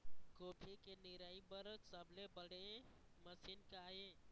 गोभी के निराई बर सबले बने मशीन का ये?